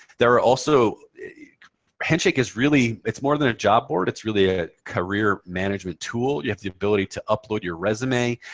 there are also handshake is really it's more than a job board. it's really a career management tool. you have the ability to upload your resume,